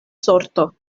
sorto